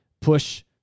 push